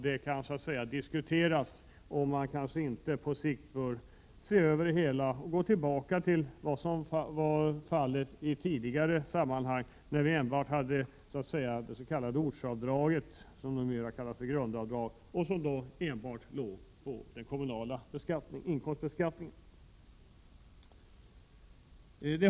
Det kan diskuteras om man inte på sikt bör se över det hela och gå tillbaka till vad som gällde i tidigare sammanhang, när vi hade olika ortsavdrag, det som nu kallas grundavdrag, som som gjordes enbart i den kommunala inkomstbeskattningen.